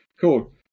Cool